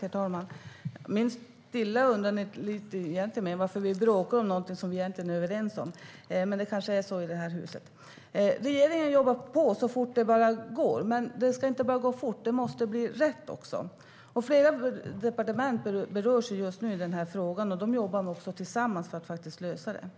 Herr talman! Min stilla undran är varför vi bråkar om någonting vi egentligen är överens om, men det kanske är så i det här huset. Regeringen jobbar på så fort det bara går. Det ska dock inte bara gå fort, utan det måste bli rätt också. Flera departement berörs av den här frågan just nu, och de jobbar tillsammans för att lösa den.